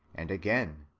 and again,